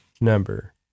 number